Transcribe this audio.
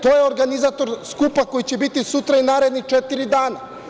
To je organizator skupa koji će biti sutra i u naredna četiri dana.